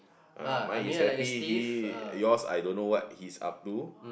uh mine is happy he your's I don't know what he's up to